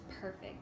perfect